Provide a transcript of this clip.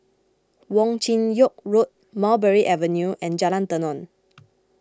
Wong Chin Yoke Road Mulberry Avenue and Jalan Tenon